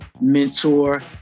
mentor